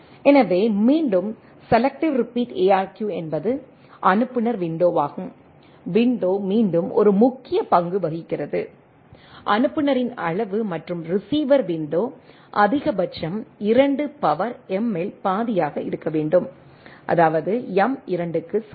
எனவே மீண்டும் selective repeat ARQ என்பது அனுப்புநர் விண்டோவாகும் விண்டோ மீண்டும் ஒரு முக்கிய பங்கு வகிக்கிறது அனுப்புநரின் அளவு மற்றும் ரிசீவர் விண்டோ அதிகபட்சம் 2 பவர் m இல் பாதியாக இருக்க வேண்டும் அதாவது m 2 க்கு சமம்